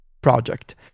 project